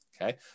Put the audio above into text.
okay